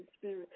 Spirit